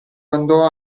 andò